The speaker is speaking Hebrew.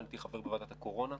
הייתי חבר בוועדת הקורונה.